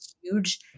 huge